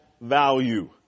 value